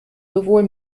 sowohl